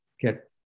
get